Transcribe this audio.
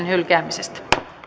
hylkäämisestä